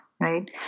Right